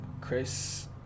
chris